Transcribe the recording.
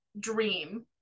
dream